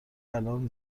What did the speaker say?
الان